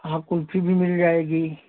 हाँ कुल्फी भी मिल जाएगी